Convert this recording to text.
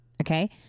okay